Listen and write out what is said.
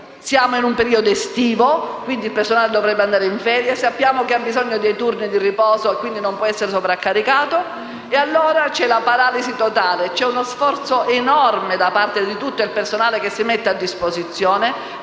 Siamo nel periodo estivo, quindi il personale dovrebbe andare in ferie; sappiamo che ha bisogno di turni di riposo perché non può essere sovraccaricato e allora c'è la paralisi totale. C'è uno sforzo enorme da parte di tutto il personale che si mette a disposizione,